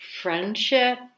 friendship